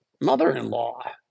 mother-in-law